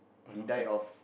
he die of